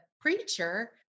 preacher